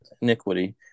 iniquity